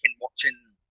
watching